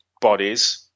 bodies